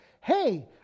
Hey